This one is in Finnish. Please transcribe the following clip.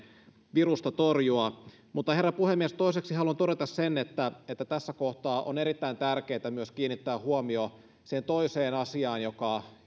virusta torjua mutta herra puhemies toiseksi haluan todeta sen että tässä kohtaa on erittäin tärkeätä kiinnittää huomio myös siihen toiseen asiaan